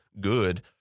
good